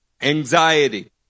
anxiety